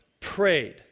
Prayed